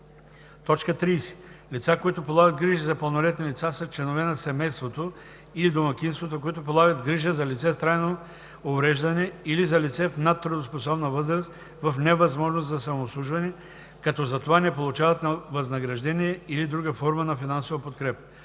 30. „Лица, които полагат грижи за пълнолетни лица“ са членове на семейството или домакинството, които полагат грижа за лице с трайно увреждане или за лице в надтрудоспособна възраст в невъзможност за самообслужване, като за това не получават възнаграждение или друга форма на финансова подкрепа.